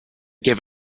give